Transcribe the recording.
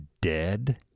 dead